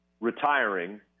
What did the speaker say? retiring